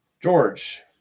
George